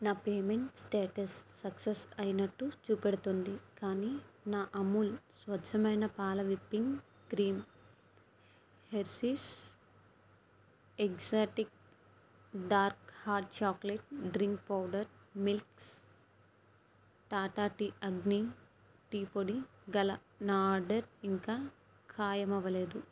నా payment status success అయినట్టు చూపెడుతోంది కానీ నా అమూల్ స్వచ్చమైన పాల whipping cream Hershey's exotic dark hot chocolate drink powder mix Tata tea Agni tea పొడి గల నా ఆర్డర్ ఇంకా ఖాయం అవ్వలేదు